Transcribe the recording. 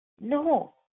No